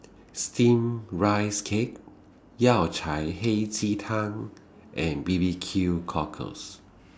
Steamed Rice Cake Yao Cai Hei Ji Tang and B B Q Cockles